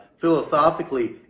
philosophically